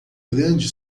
grande